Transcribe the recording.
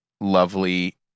lovely